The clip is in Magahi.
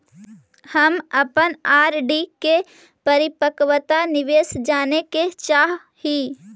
हम अपन आर.डी के परिपक्वता निर्देश जाने के चाह ही